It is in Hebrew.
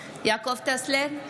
יעקב טסלר,